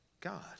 God